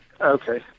okay